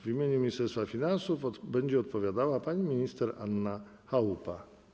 W imieniu Ministerstwa Finansów będzie odpowiadała pani minister Anna Chałupa.